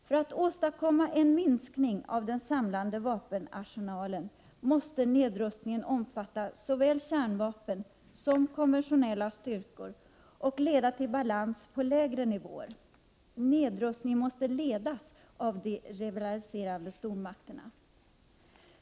För att åstadkomma en minskning av den samlade vapenarsenalen måste nedrustningen omfatta såväl kärnvapen som konventionella styrkor och leda till balans på lägre nivåer. Nedrustningen måste ledas av de rivaliserande stormakterna.